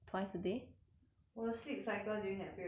我的 sleep cycle during that period is damn terrible